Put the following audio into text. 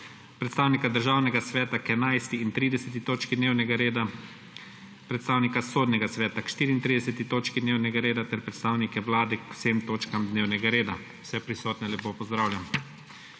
predsednika Državnega sveta k F11. in 30. točki dnevnega reda, predstavnika Sodnega sveta k 34. točki dnevnega reda ter predstavnike Vlade k vsem točkam dnevnega reda. Vse prisotne lepo pozdravljam!